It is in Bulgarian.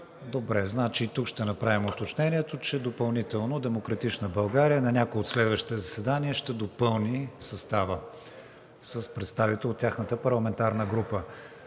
Добре. Тук ще направим уточнението, че допълнително „Демократична България“ – на някое от следващите заседания, ще допълни състава с представител от тяхната парламентарна група.